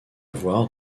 voir